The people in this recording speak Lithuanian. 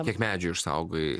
kiek medžių išsaugojai